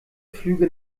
flüge